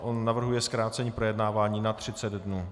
On navrhuje zkrácení projednávání na 30 dnů.